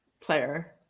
player